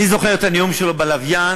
אני זוכר את הנאום שלו בלוויין,